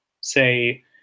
say